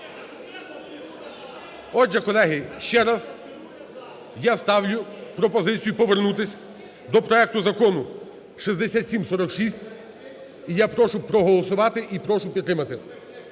Отже, колеги, ще раз я ставлю пропозицію повернутись до проекту Закону 6746 і я прошу проголосувати і прошу підтримати.